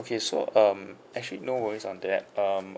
okay so um actually no worries on that um